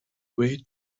way